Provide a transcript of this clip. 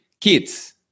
kids